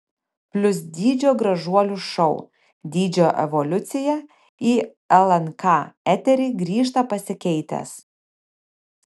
plius dydžio gražuolių šou dydžio evoliucija į lnk eterį grįžta pasikeitęs